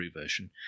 version